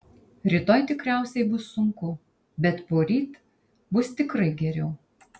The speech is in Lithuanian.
rytoj tikriausiai bus sunku bet poryt bus tikrai geriau